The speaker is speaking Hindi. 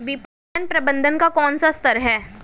विपणन प्रबंधन का कौन सा स्तर है?